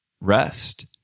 rest